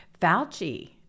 Fauci